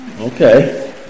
okay